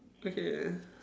okay